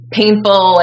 painful